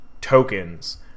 tokens